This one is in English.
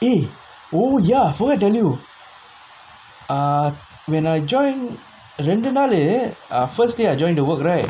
eh oh ya forget tell you ah when I join ரெண்டு நாலு:rendu naalu err first day I joined the work right